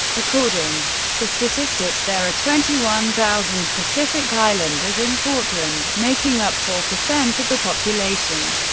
according to statistics there are twenty one thousand pacific islanders in portland, making up four percent of the population.